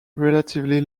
relatively